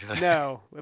No